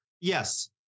Yes